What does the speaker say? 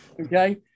okay